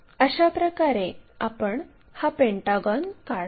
अशाप्रकारे आपण हा पेंटागॉन काढतो